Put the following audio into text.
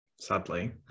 sadly